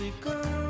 girl